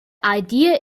idea